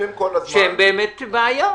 שהן באמת בעיה.